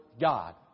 God